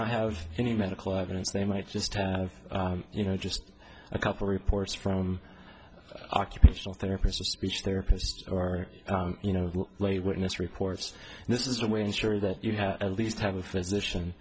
not have any medical evidence they might just have you know just a couple reports from occupational therapist a speech therapist or you know lay witness reports and this is a way ensure that you have at least have